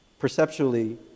perceptually